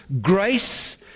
grace